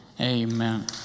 Amen